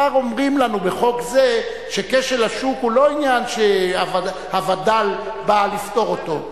כבר אומרים לי בחוק זה שכשל השוק הוא לא עניין שהווד"ל בא לפתור אותו,